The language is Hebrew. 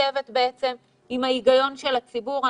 שמתכתבת עם ההיגיון של הציבור,